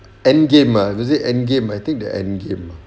end game ah is it end game I think the end game ah